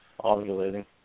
ovulating